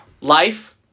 Life